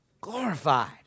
glorified